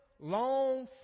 long